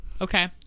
Okay